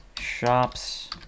shops